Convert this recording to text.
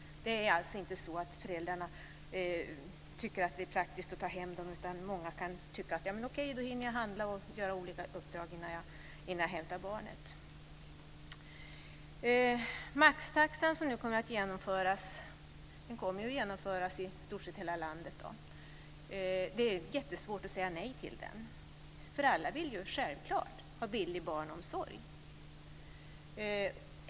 Det är alltså inte så att föräldrarna tycker att det är praktiskt att ta hem barnen, utan många kan tycka att de hinner handla och klara av olika uppdrag innan barnet hämtas. Den maxtaxa som ska genomföras kommer att genomföras i stort sett i hela landet. Det är mycket svårt att säga nej till den. Självklart vill alla ha billig barnomsorg.